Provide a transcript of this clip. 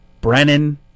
Brennan